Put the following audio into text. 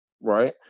Right